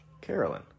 Carolyn